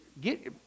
get